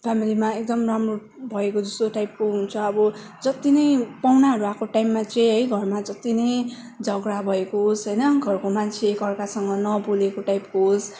फेमेलीमा एकदम राम्रो भएको जस्तो टाइपको हुन्छ अब जति नै पाहुनाहरू आएको टाइममा चाहिँ घरमा जति नै झगडा भएको होस् होइन घरको मान्छे एकार्कासँग नबोलेको टाइपको होस्